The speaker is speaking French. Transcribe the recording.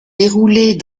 déroulés